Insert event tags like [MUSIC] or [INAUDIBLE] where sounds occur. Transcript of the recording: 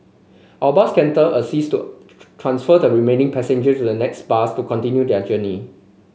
our bus captain assisted to [UNINTELLIGIBLE] transfer the remaining passengers to the next bus to continue their journey